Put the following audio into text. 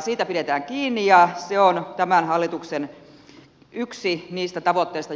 siitä pidetään kiinni ja se on yksi niistä tämän hallituksen tavoitteista